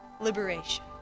Liberation